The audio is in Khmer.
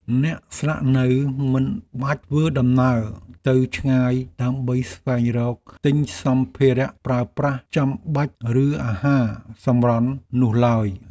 អ្នកស្នាក់នៅមិនបាច់ធ្វើដំណើរទៅឆ្ងាយដើម្បីស្វែងរកទិញសម្ភារប្រើប្រាស់ចាំបាច់ឬអាហារសម្រន់នោះឡើយ។